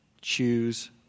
choose